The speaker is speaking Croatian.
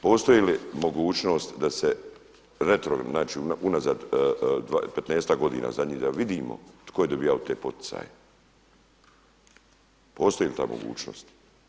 Postoji li mogućnost da se retro, znači unazad petnaestak godina zadnjih da vidimo tko je dobijao te poticaje, postoji li ta mogućnost?